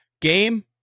game